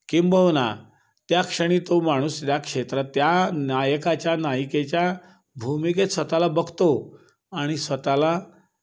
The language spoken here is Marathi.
किंबहुना त्या क्षणी तो माणूस या क्षेत्रात त्या नायकाच्या नायिकेच्या भूमिकेत स्वतःला बघतो आणि स्वतःला